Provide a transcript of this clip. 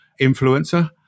influencer